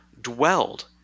dwelled